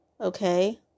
Okay